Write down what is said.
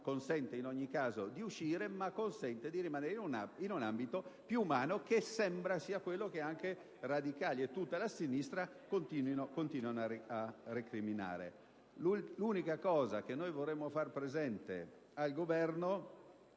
consente in ogni caso di uscire, ma permette di rimanere in un ambito più umano, che sembra sia quello che anche i radicali e tutta la sinistra continuano a reclamare. L'unica cosa che vorremmo far presente al Governo